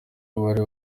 abari